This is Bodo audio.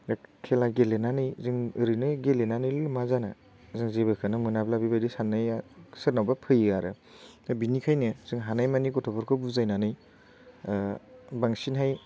बे खेला गेलेनानै जों ओरैनो गेलेनानैल' मा जानो जों जेबोखौनो मोनाब्ला बेबायदि साननाया सोरनावबा फैयो आरो दा बिनिखायनो जों हानायमानि गथ'फोरखौ बुजायनानै बांसिनहाय